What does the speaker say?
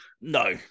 No